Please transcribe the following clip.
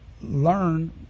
learn